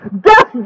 Death